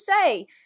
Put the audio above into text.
say